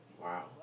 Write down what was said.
Wow